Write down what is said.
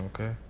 okay